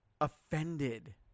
offended